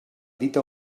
dita